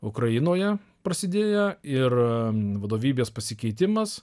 ukrainoje prasidėję ir vadovybės pasikeitimas